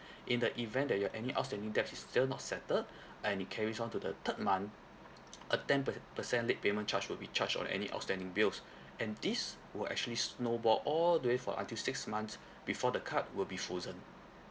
in the event that your any outstanding debts is still not settled and it carries on to the third month a ten per~ percent late payment charge will be charged on any outstanding bills and these will actually snowball all the way for until six months before the card will be frozen